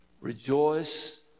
Rejoice